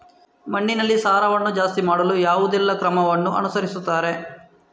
ಮಣ್ಣಿನಲ್ಲಿ ಸಾರವನ್ನು ಜಾಸ್ತಿ ಮಾಡಲು ಯಾವುದೆಲ್ಲ ಕ್ರಮವನ್ನು ಅನುಸರಿಸುತ್ತಾರೆ